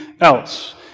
else